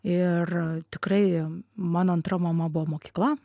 ir tikrai mano antra mama buvo mokykla